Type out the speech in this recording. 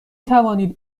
توانید